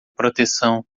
proteção